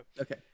Okay